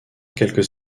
quelques